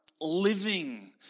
living